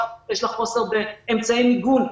יש לה חוסר באמצעי מיגון.